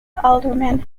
aldermen